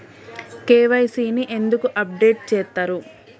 KYC ని ఎందుకు update చేత్తరు?